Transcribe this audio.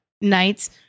nights